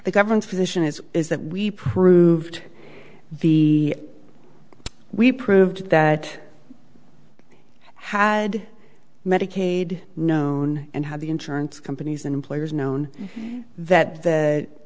the government's position is is that we proved the we proved that had medicaid known and had the insurance companies and employers known that